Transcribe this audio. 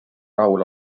rahul